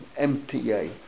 MTA